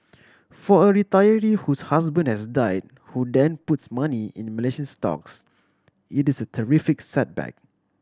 for a retiree whose husband has died who then puts money in Malaysian stocks it is a terrific setback